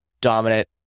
dominant